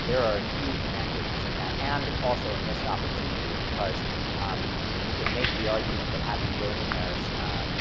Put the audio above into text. there are huge inequities in that, and also a missed opportunity because um you know you could make the argument that having billionaires